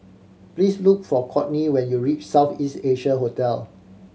please look for Courtney when you reach South East Asia Hotel